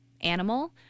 animal